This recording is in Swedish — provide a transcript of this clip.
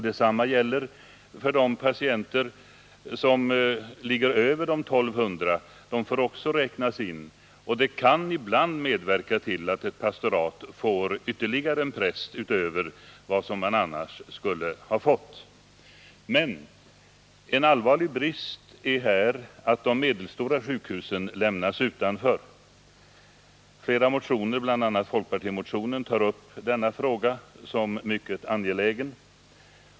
Detsamma gäller för de patienter som ligger över de 1 200. Även de får räknas in. Det kan ibland medverka till att ett pastorat får ytterligare en präst utöver vad det annars skulle ha fått. En allvarlig brist är emellertid att de medelstora sjukhusen lämnas utanför. Fler motioner, bl.a. folkpartimotionen, tar upp denna fråga såsom mycket angelägen.